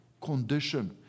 condition